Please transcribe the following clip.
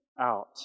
out